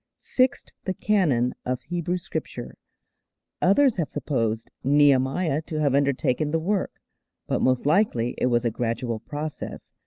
fixed the canon of hebrew scripture others have supposed nehemiah to have undertaken the work but most likely it was a gradual process,